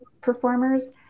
performers